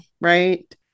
right